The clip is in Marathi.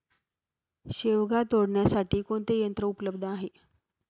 शेवगा तोडण्यासाठी कोणते यंत्र उपलब्ध आहे?